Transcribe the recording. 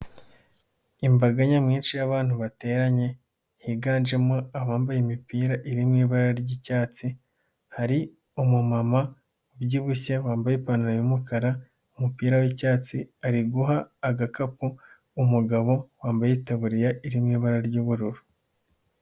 Imbaga nyamwinshi y'abantu bateranye, higanjemo abambaye imipira iri mu ibara ry'icyatsi, hari umumama, ubyibushye wambaye ipantaro y'umukara, umupira w'icyatsi, ari guha agakapu, umugabo wambaye itaburiya iri mu ibara ry'ubururu.